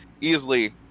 easily